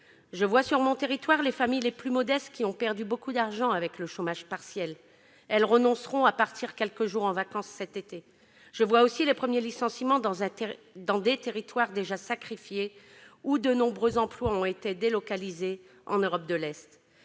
Je constate sur mon territoire que les familles les plus modestes ont perdu beaucoup d'argent en raison du chômage partiel. Elles renonceront à partir quelques jours en vacances cet été. Je vois aussi les premiers licenciements dans un territoire déjà sacrifié, où de nombreux emplois ont été délocalisés en Europe de l'Est.